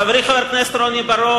חברי חבר הכנסת רוני בר-און,